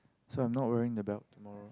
so I'm not wearing the belt tomorrow